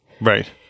right